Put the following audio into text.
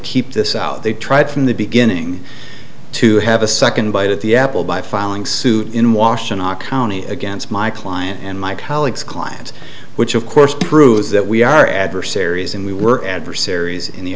keep this out they tried from the beginning to have a second bite at the apple by filing suit in washington county against my client and my colleagues clients which of course proves that we are adversaries and we were adversaries